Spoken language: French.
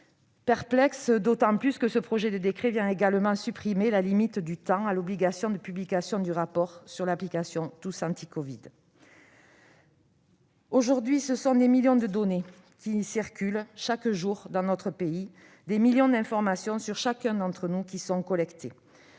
perplexe, d'autant plus que ce projet de décret supprime également la limite de temps à l'obligation de publication du rapport sur l'application TousAntiCovid. Aujourd'hui, des millions de données circulent chaque jour dans notre pays, des millions d'informations sont collectées